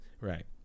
right